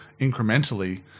incrementally